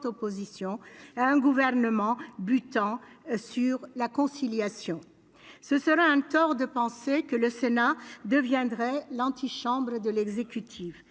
opposition, et un gouvernement butant sur la conciliation. Ce serait un tort de penser que le Sénat deviendrait l'antichambre de l'exécutif.